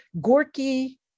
gorky